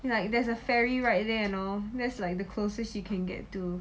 like there's a ferry right there you know that's like the closest you can get to